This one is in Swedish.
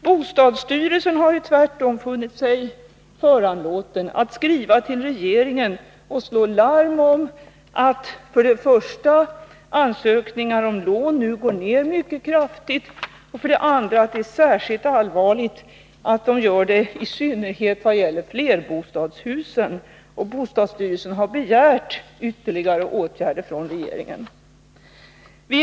Bostadsstyrelsen har tvärtom funnit sig föranlåten att skriva till regeringen och slå larm, för det första om att antalet ansökningar om lån nu går ner mycket kraftigt, för det andra om att det är särskilt allvarligt att detta i synnerhet gäller flerbostadshusen. Bostadsstyrelsen begär ytterligare åtgärder från regeringens sida.